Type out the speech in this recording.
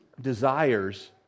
desires